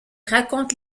raconte